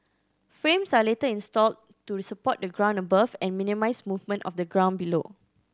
frames are later installed to support the ground above and minimise movement of the ground below